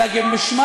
אלא גם בשמה,